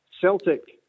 Celtic